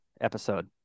episode